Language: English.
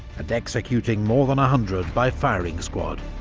and executing more than a hundred by firing squad.